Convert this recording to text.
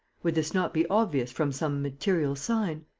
would this not be obvious from some material sign?